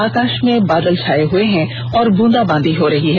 आकाष में बादल छाये हुए हैं और बूंदाबादी हो रही है